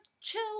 Chill